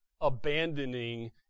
abandoning